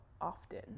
often